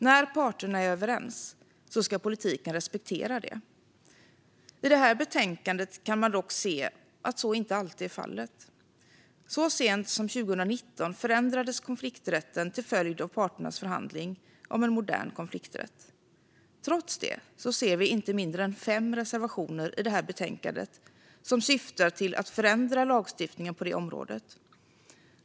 När parterna är överens ska politiken respektera det. I det här betänkandet kan man dock se att så inte alltid är fallet. Så sent som 2019 förändrades konflikträtten till följd av parternas förhandling om en modern konflikträtt. Trots det ser vi inte mindre än fem reservationer i betänkandet som syftar till att förändra lagstiftningen på det området.